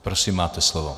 Prosím, máte slovo.